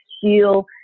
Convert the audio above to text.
feel